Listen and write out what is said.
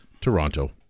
Toronto